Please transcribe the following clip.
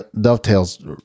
dovetails